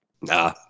nah